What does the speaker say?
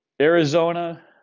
Arizona